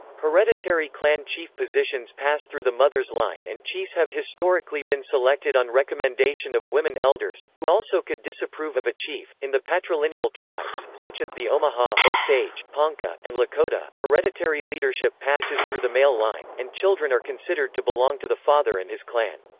hereditary clan chief positions pass through the mother's line and chiefs have historically been selected on recommendation of women elders, who also could disapprove of a chief in the patrilineal tribes, such as the omaha, osage, ponca, and lakota, hereditary leadership passes through the male line, and children are considered to belong to the father and his clan.